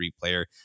player